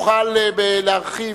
תוכל להרחיב,